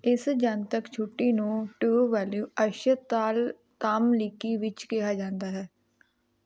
ਇਸ ਜਨਤਕ ਛੁੱਟੀ ਨੂੰ ਟੁਵਾਲੀਊ ਅਸ਼ਤਲ ਤਾਮਲੀਕੀ ਵਿੱਚ ਕਿਹਾ ਜਾਂਦਾ ਹੈ